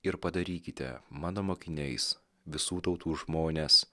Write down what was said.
ir padarykite mano mokiniais visų tautų žmones